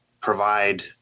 provide